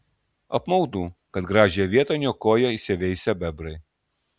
apmaudu kad gražią vietą niokoja įsiveisę bebrai